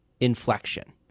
inflection